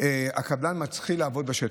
הקבלן מתחיל לעבוד בשטח.